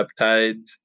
peptides